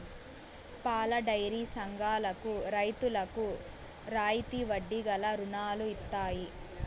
పాలడైరీ సంఘాలకు రైతులకు రాయితీ వడ్డీ గల రుణాలు ఇత్తయి